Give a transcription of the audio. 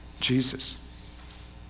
Jesus